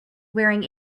wearing